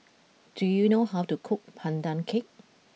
do you know how to cook Pandan Cake